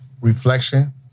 reflection